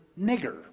nigger